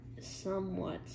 somewhat